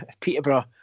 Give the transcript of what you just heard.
Peterborough